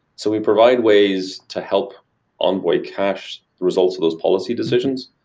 so we provide ways to help envoy cache results of those policy decisions.